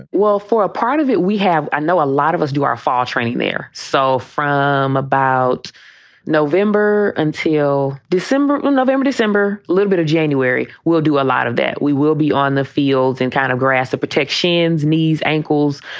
well, for a part of it, we have i know a lot of us do our full training there. so from about november until december, december, november, december. little bit of january. we'll do a lot of that. we will be on the field and kind of grass, approtec shan's knees, ankles,